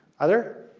other?